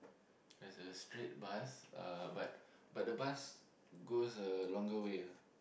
there's a straight bus uh but but the bus goes a longer way ah